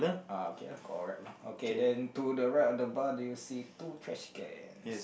ah okay lah correct lah okay then to the right of the bar do you see two trash cans